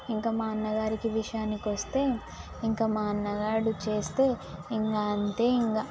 ఇంకా మా అన్న గారికి విషయానికొస్తే ఇంకా మా అన్నగాడు చేస్తే ఇంకా అంతే ఇంకా